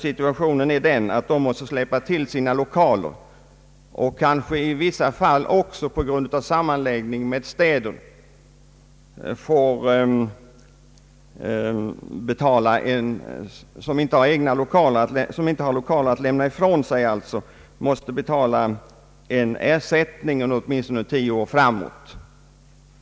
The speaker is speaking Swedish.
Situationen är där den att man måste släppa till sina lokaler utan ersättning kanske ändå i vissa fall också — på grund av sammanläggning med städer — betala årlig ersättning under åtminstone tio år framåt i tiden.